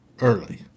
early